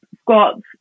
squats